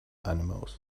animals